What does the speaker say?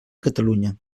catalunya